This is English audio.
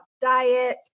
diet